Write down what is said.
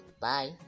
Bye